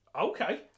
Okay